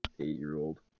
eight-year-old